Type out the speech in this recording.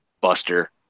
Buster